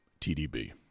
TDB